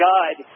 God